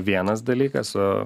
vienas dalykas o